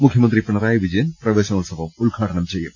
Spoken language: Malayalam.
മുഖ്യമന്ത്രി പിണറായി വിജയൻ പ്രവേശനോ ത്സവം ഉദ്ഘാടനം ചെയ്യും